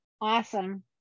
Awesome